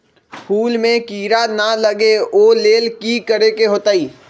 फूल में किरा ना लगे ओ लेल कि करे के होतई?